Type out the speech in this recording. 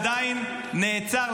וזה עדיין נעצר,